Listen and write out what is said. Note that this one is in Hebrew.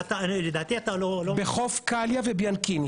בחוף קליה וביאנקיני,